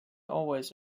always